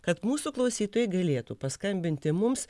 kad mūsų klausytojai galėtų paskambinti mums